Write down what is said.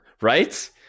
right